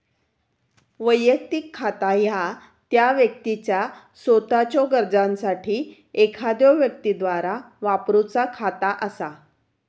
वैयक्तिक खाता ह्या त्या व्यक्तीचा सोताच्यो गरजांसाठी एखाद्यो व्यक्तीद्वारा वापरूचा खाता असा